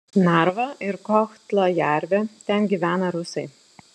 narva ir kohtla jervė ten gyvena rusai